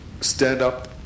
stand-up